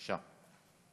בבקשה.